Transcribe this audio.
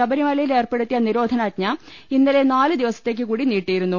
ശബരിമലയിൽ ഏർപെടുത്തിയ നിരോധനാജ്ഞ ഇന്നലെ നാല് ദിവസത്തേക്ക് കൂടി നീട്ടിയിരുന്നു